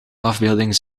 afbeelding